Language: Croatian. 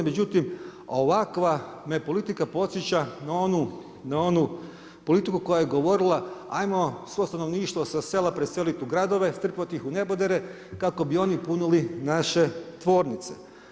Međutim, ovakva me politika podsjeća na onu politiku koja je govorila ajmo svo stanovništvo sa sela preseliti u gradove, strpati ih u nebodere, kako bi oni punili naše tvornice.